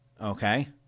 Okay